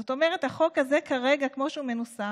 זאת אומרת, החוק הזה כרגע, כמו שהוא מנוסח,